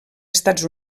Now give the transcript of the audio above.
estats